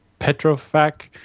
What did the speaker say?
Petrofac